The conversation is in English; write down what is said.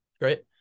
Great